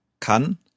Kann